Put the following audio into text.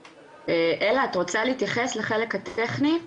אלה, את רוצה להתייחס לחלק הטכני?